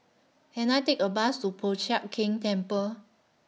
Can I Take A Bus to Po Chiak Keng Temple